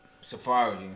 Safari